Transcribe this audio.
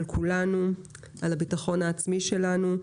על הביטחון העצמי שלנו,